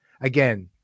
again